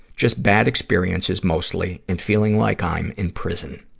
just bad experiences mostly and feeling like i'm in prison.